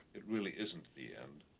it really isn't the end.